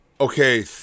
okay